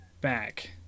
back